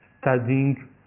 studying